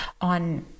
on